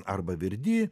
arba virdi